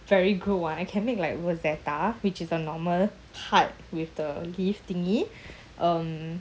it's like very good [one] I can make like rosetta which is a normal heart with the leaves thingy um